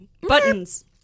Buttons